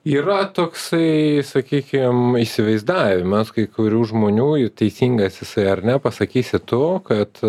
yra toksai sakykim įsivaizdavimas kai kurių žmonių jų teisingas jisai ar ne pasakysi tu kad